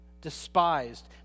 despised